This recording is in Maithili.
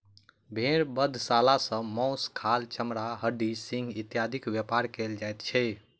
भेंड़ बधशाला सॅ मौस, खाल, चमड़ा, हड्डी, सिंग इत्यादिक व्यापार कयल जाइत छै